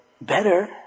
better